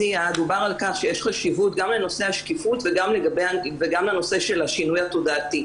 דובר על כך שיש חשיבות גם לנושא השקיפות וגם לנושא של השינוי התודעתי.